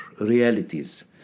realities